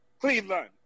Cleveland